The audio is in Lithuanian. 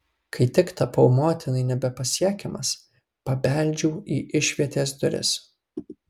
kai tik tapau motinai nebepasiekiamas pabeldžiau į išvietės duris